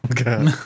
okay